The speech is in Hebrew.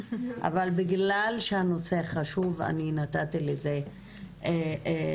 אבל בגלל שהנושא חשוב אני נתתי לזה להמשיך.